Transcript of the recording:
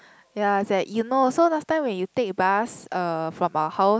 ya it's at Eunos so last time when you take bus uh from our house